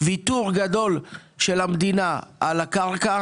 ויתור גדול של המדינה על הקרקע,